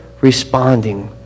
responding